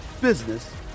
business